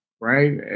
right